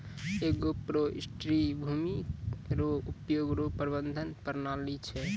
agroforestry भूमी रो उपयोग रो प्रबंधन प्रणाली छै